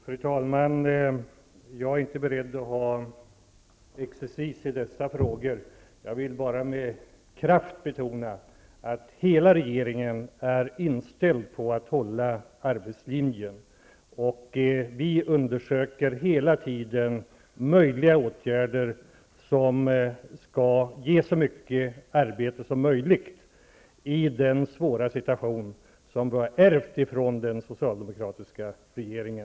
Fru talman! Jag är inte beredd att ha exercis i dessa frågor. Jag vill bara med kraft betona att hela regeringen är inställd på att hålla arbetslinjen. Vi undersöker hela tiden vilka åtgärder som är möjliga och som skall kunna ge så många arbetstillfällen som möjligt i den svåra situation som vi har ärvt från den socialdemokratiska regeringen.